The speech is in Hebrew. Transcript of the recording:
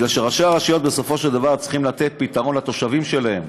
מפני שראשי הרשויות בסופו של דבר צריכים לתת פתרון לתושבים שלהם,